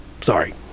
Sorry